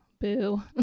boo